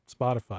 spotify